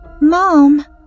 Mom